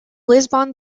lisbon